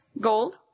gold